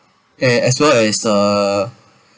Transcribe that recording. a~ as long as the